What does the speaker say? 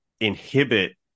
inhibit